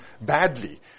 badly